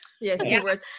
Yes